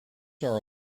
are